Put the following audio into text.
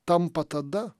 tampa tada